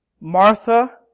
Martha